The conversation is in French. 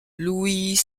louis